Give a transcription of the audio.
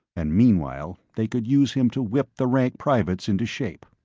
and, meanwhile, they could use him to whip the rank privates into shape.